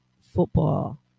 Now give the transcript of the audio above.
football